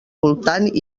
voltant